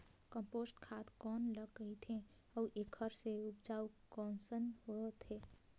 Compost खाद कौन ल कहिथे अउ एखर से उपजाऊ कैसन होत हे?